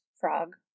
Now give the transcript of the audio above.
Frog